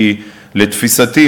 כי לתפיסתי,